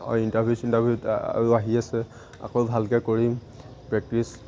অঁ ইণ্টাৰভিউ চিণ্টাৰভিউ আৰু আহি আছে অকৌ ভালকৈ কৰিম প্ৰেক্টিছ